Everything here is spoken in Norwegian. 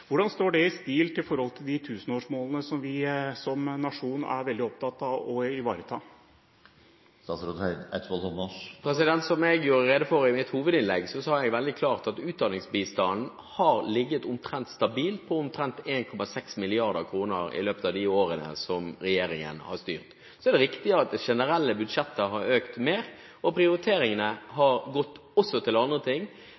Hvordan står det i stil med de tusenårsmålene som nasjonen er veldig opptatt av å ivareta? Som jeg gjorde rede for i mitt hovedinnlegg, er det veldig klart at utdanningsbistanden har ligget stabilt på omtrent 1,6 mrd. kr i løpet av de årene som regjeringen har styrt. Så er det riktig at det generelle budsjettet har økt mer, og prioriteringene har også gått til andre ting.